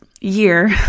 year